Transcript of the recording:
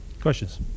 Questions